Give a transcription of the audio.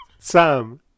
Sam